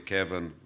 Kevin